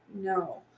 no